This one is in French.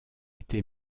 été